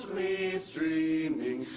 mainstreaming.